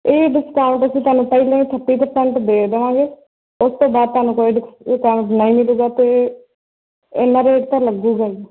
ਇਹ ਡਿਸਕਾਊਂਟ ਅਸੀਂ ਤੁਹਾਨੂੰ ਪਹਿਲਾਂ ਹੀ ਫਿਫਟੀ ਪਰਸੈਂਟ ਦੇ ਦੇਵਾਂਗੇ ਉਸ ਤੋਂ ਬਾਅਦ ਤੁਹਾਨੂੰ ਕੋਈ ਡਿਸਕਾਊਂਟ ਨਹੀਂ ਮਿਲੇਗਾ ਅਤੇ ਇੰਨਾ ਰੇਟ ਤਾਂ ਲੱਗੇਗਾ ਹੀ